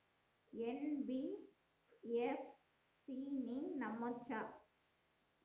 NBFC ని నమ్మచ్చా?